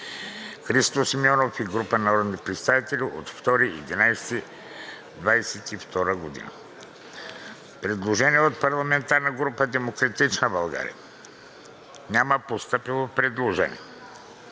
Христо Симеонов и група народни представители на 2 ноември 2022 г.“ Предложение от парламентарната група на „Демократична България“. Няма постъпило предложение.